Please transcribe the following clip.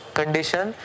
condition